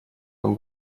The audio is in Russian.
нам